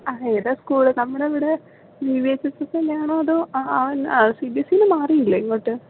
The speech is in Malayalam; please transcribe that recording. ആ ഏതാണ് സ്കൂള് നമ്മുടെ അവിടെ E V H S S തന്നെയാണോ അതോ ആ സി ബി എസ് സിയിൽ നിന്നും മാറിയല്ലേ ഇങ്ങോട്ട്